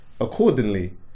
accordingly